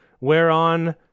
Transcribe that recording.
whereon